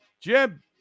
Jim